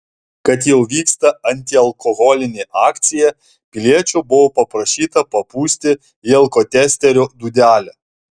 kad jau vyksta antialkoholinė akcija piliečio buvo paprašyta papūsti į alkotesterio dūdelę